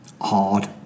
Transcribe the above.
hard